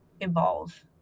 evolve